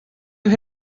you